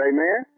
Amen